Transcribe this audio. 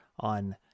on